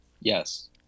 yes